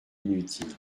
inutiles